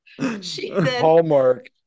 Hallmark